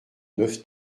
neuf